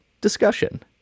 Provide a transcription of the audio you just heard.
discussion